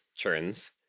turns